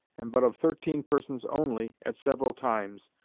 and but of thirteen persons only, at several times,